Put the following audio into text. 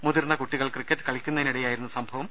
മുതിർന്ന കുട്ടി കൾ ക്രിക്കറ്റ് കളിക്കുന്നതിനിടെയായിരുന്നു സംഭവം